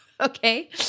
Okay